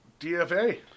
DFA